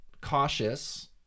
cautious